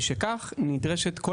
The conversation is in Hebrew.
משכך, נדרשת כל